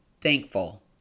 thankful